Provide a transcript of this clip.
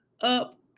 up